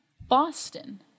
Boston